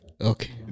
Okay